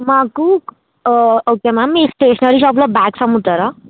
మాకు okay ma'am మీ stationery షాప్లో బ్యాగ్స్ అమ్ముతారా